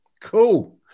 Cool